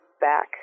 back